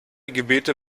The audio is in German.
gebete